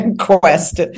quest